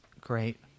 great